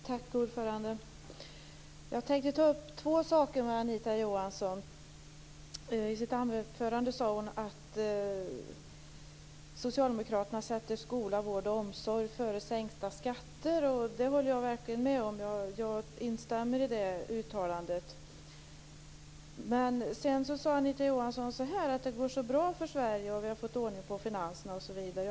Herr talman! Jag tänker ta upp två saker med Anita Johansson. I sitt anförande sade hon att socialdemokraterna sätter skola, vård och omsorg före sänkta skatter. Det håller jag verkligen med om. Jag instämmer i det uttalandet. Men sedan sade Anita Johansson: Det går bra för Sverige. Vi har fått ordning på finanserna, osv.